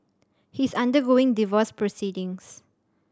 he is undergoing divorce proceedings